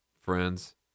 friends